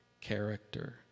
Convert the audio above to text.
character